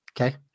Okay